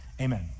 amen